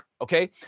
okay